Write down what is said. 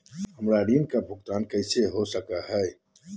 हमरा ऋण का भुगतान कैसे हो सके ला?